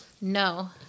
No